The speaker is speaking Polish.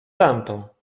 tamto